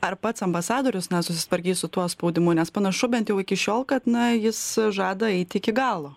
ar pats ambasadorius na susitvarkys su tuo spaudimu nes panašu bent jau iki šiol kad na jis žada eiti iki galo